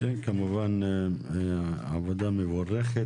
כמובן עבודה מבורכת,